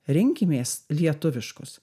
rinkimės lietuviškus